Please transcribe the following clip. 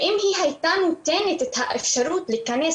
אם הייתה נותנת את האפשרות להיכנס